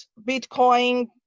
bitcoin